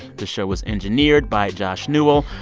the show was engineered by josh newell.